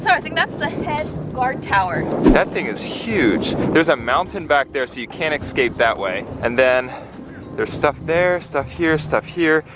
so, i think that's the head guard tower. that thing is huge. there's a mountain back there, so you can't escape that way. and then there's stuff there, stuff here, stuff here.